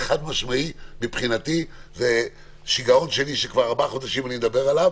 זה שיגעון שאני מדבר עליו